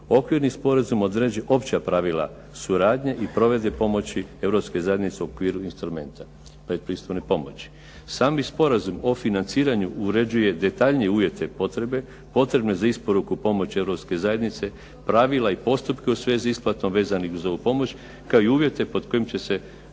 Okvirni sporazum određuje opća pravila suradnje i provedbe pomoći Europske zajednice u okviru instrumenta predpristupne pomoći. Sami sporazum o financiranju uređuje detaljnije uvjete potrebe potrebne za isporuku pomoći Europske zajednice, pravila i postupke u svezi isplatom vezanih uz ovu pomoć kao i uvjete pod kojima će se upravljati